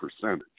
percentage